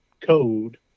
code